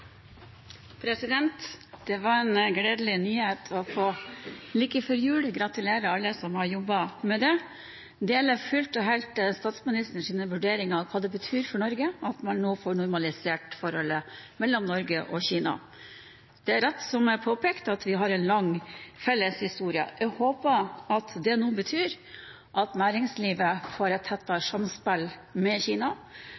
Det var en gledelig nyhet å få like før jul. Gratulerer til alle som har jobbet med dette. Jeg deler fullt og helt statsministerens vurderinger av hva det betyr for Norge at man nå får normalisert forholdet mellom Norge og Kina. Det er rett, som det er påpekt, at vi har en lang felles historie. Jeg håper at det nå betyr at næringslivet får et